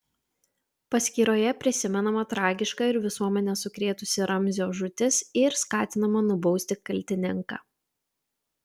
paskyroje prisimenama tragiška ir visuomenę sukrėtusi ramzio žūtis ir skatinama nubausti kaltininką